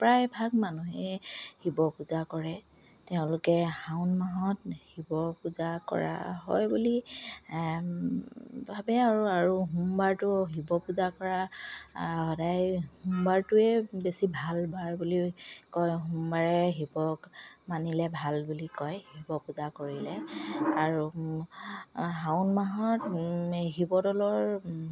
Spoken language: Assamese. প্ৰায়ভাগ মানুহে শিৱ পূজা কৰে তেওঁলোকে শাওণ মাহত শিৱ পূজা কৰা হয় বুলি ভাবে আৰু আৰু সোমবাৰটো শিৱ পূজা কৰা সদায় সোমবাৰটোৱে বেছি ভাল বাৰ বুলি কয় সোমবাৰে শিৱক মানিলে ভাল বুলি কয় শিৱ পূজা কৰিলে আৰু শাওণ মাহত শিৱদৌলত